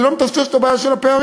אני לא מטשטש את הבעיה של הפערים,